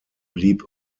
blieb